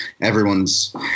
everyone's